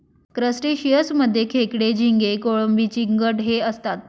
crustaceans मध्ये खेकडे, झिंगे, कोळंबी, चिंगट हे असतात